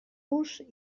los